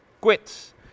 quits